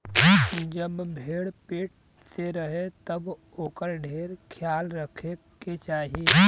जब भेड़ पेट से रहे तब ओकर ढेर ख्याल रखे के चाही